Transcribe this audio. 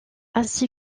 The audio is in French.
ainsi